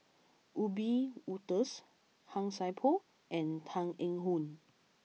Wiebe Wolters Han Sai Por and Tan Eng Yoon